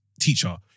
teacher